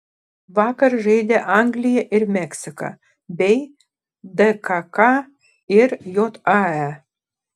vakar žaidė anglija ir meksika bei dkk ir jae